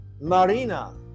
marina